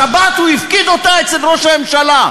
השבת, הוא הפקיד אותה אצל ראש הממשלה.